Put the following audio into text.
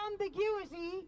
ambiguity